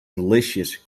delicious